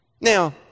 Now